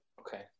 okay